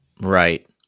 Right